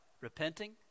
repenting